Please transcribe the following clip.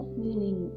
meaning